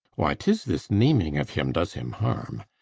why tis this naming of him does him harm.